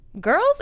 Girls